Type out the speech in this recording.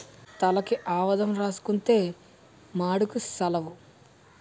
తలకి ఆవదం రాసుకుంతే మాడుకు సలవ